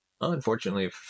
Unfortunately